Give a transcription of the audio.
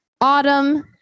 autumn